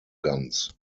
guns